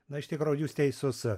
na iš tikro jūs teisus